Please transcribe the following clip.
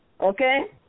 okay